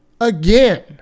Again